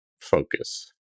Focus